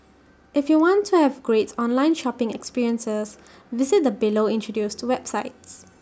if you want to have great online shopping experiences visit the below introduced websites